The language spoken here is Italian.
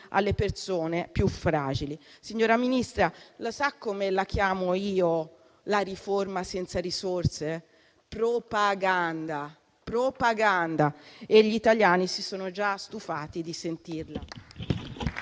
alle persone più fragili. Signora Ministra, sa come la chiamo io la riforma senza risorse? Propaganda, e gli italiani si sono già stufati di sentirla.